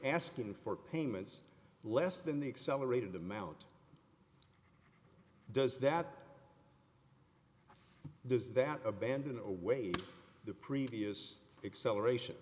asking for payments less than the accelerated amount does that does that abandon away the previous excel aeration